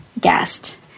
guest